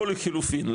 או לחילופין,